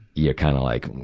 you're kind of like,